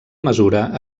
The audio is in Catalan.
mesura